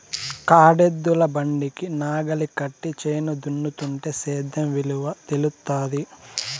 కాడెద్దుల బండికి నాగలి కట్టి చేను దున్నుతుంటే సేద్యం విలువ తెలుస్తాది